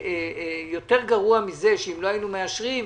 אם לא היינו מאשרים,